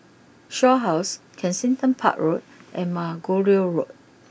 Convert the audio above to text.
Shaw house Kensington Park Road and Margoliouth Road